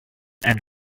and